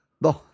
Bon